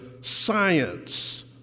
science